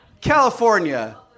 California